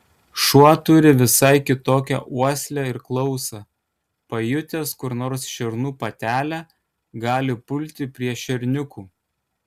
šuo turi visai kitokią uoslę ir klausą pajutęs kur nors šernų patelę gali pulti prie šerniukų